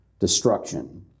destruction